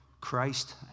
Christ